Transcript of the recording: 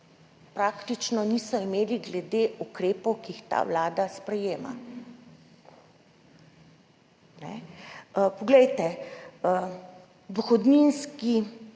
praktično niso imeli, glede ukrepov, ki jih ta vlada sprejema. Dober dohodninski